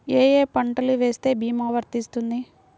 ఏ ఏ పంటలు వేస్తే భీమా వర్తిస్తుంది?